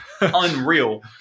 unreal